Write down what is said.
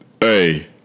hey